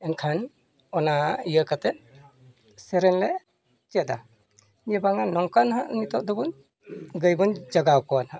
ᱮᱱᱠᱷᱟᱱ ᱚᱱᱟ ᱤᱭᱟᱹ ᱠᱟᱛᱮᱫ ᱥᱮᱨᱮᱧ ᱞᱮ ᱪᱮᱫᱟ ᱡᱮ ᱵᱟᱝᱟ ᱱᱚᱝᱠᱟ ᱱᱟᱦᱟᱜ ᱱᱤᱛᱚᱜ ᱫᱚᱵᱚᱱ ᱜᱟᱹᱭ ᱵᱚᱱ ᱡᱟᱜᱟᱣ ᱠᱚᱣᱟ ᱱᱟᱦᱟᱜ